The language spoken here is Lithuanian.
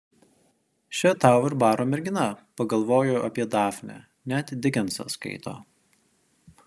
še tau ir baro mergina pagalvojo apie dafnę net dikensą skaito